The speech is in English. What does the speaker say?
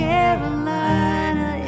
Carolina